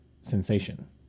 sensation